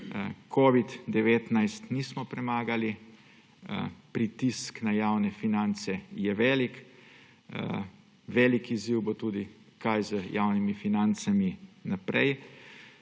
Covida-19 nismo premagali, pritisk na javne finance je velik, velik izziv bo tudi, kako z javnimi financami naprej,